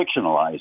fictionalized